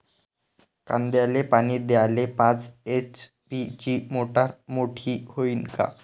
कांद्याले पानी द्याले पाच एच.पी ची मोटार मोटी व्हईन का?